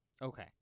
Okay